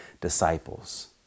disciples